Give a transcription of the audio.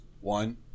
One